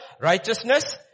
Righteousness